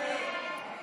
הממשלה